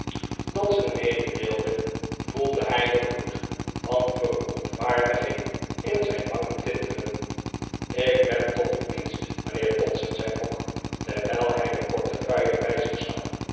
dodson mededeelde voelde hij het bloed van verontwaardiging in zijn wangen tintelen ik ben tot uw dienst mijnheer dodson zei fogg terwijl hij de portefeuille bij zich stak